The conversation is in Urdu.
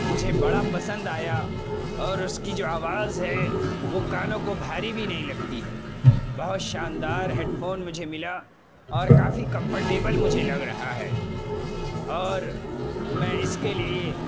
مجھے بڑا پسند آیا اور اس کی جو آواز ہے وہ کانوں کو بھاری بھی نہیں لگتی ہے بہت شاندار ہیڈ فون مجھے ملا اور کافی کمفرٹیبل مجھے لگ رہا ہے اور میں اس کے لیے